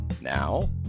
Now